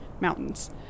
Mountains